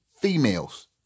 females